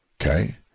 okay